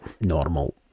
normal